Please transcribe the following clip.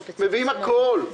מביאים הכול,